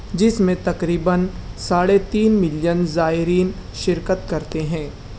جِس میں تقریباً ساڑھے تین ملین زائرین شرکت کرتے ہیں